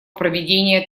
проведение